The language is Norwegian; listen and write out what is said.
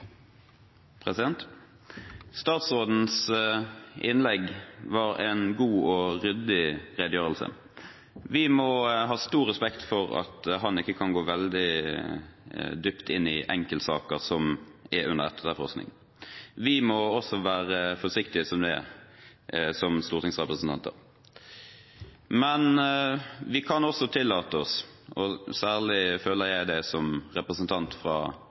Statsrådens innlegg var en god og ryddig redegjørelse. Vi må ha stor respekt for at han ikke kan gå veldig dypt inn i enkeltsaker som er under etterforskning. Vi må også som stortingsrepresentanter være forsiktige. Men vi kan tillate oss noen betraktninger, og særlig føler jeg som representant fra